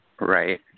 Right